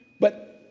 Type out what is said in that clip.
but,